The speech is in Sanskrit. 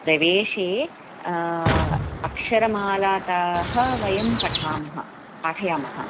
प्रवेशे अक्षरमालातः वयं पठामः पाठयामः